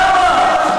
כמה.